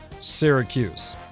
Syracuse